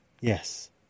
Yes